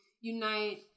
unite